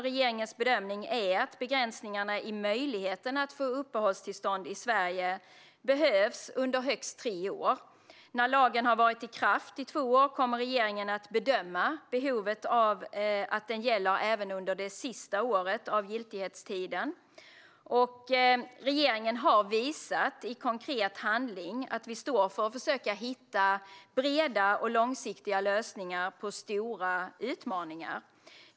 Regeringens bedömning är att begränsningarna i möjligheten att få uppehållstillstånd i Sverige behövs under högst tre år. När lagen har varit i kraft i två år kommer regeringen att bedöma behovet av att den gäller även under det sista året av giltighetstiden. Regeringen har visat i konkret handling att vi står för att försöka hitta breda och långsiktiga lösningar på stora utmaningar.